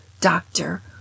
doctor